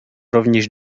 rovněž